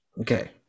Okay